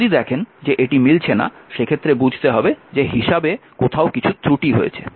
যদি দেখেন যে এটি মিলছে না সেক্ষেত্রে বুঝতে হবে যে হিসাবে কোথাও কিছু ত্রুটি হয়েছে